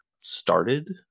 started